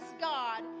God